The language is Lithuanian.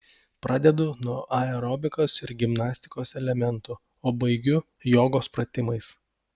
pradedu nuo aerobikos ir gimnastikos elementų o baigiu jogos pratimais